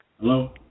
Hello